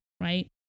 right